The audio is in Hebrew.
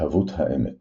התהוות העמק